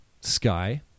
sky